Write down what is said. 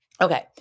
Okay